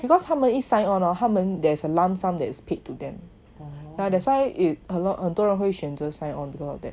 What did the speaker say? because 他们一 signed on hor there's a lump sum that is paid to them lah yeah that's why a lot 很多人会选择 sign on